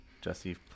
Jesse